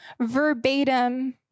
verbatim